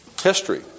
history